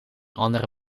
andere